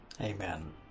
amen